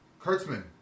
Kurtzman